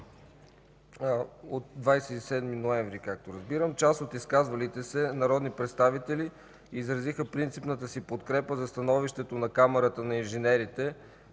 На 27 ноември 2014 г. част от изказалите се народни представители изразиха принципната си подкрепа за становището на Камарата на инженерите